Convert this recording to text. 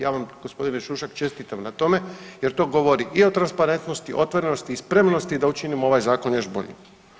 Ja vam gospodine Šušak čestitam na tome, jer to govori i o transparentnosti, otvorenosti i spremnosti da učinimo ovaj zakon još boljim.